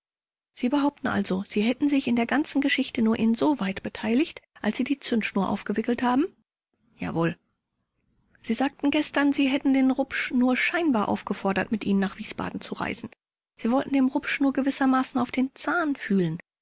sie behaupten also sie hätten sich an der ganzen geschichte nur insoweit beteiligt als sie die zündschnur aufgewickelt haben k jawohl vors sie sagten gestern sie hätten den rupsch nur scheinbar aufgefordert mit ihnen nach wiesbaden zu reisen sie wollten dem rupsch nur gewissermaßen auf den zahn fühlen